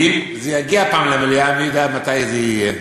ואם זה יגיע פעם למליאה, מי יודע מתי זה יהיה.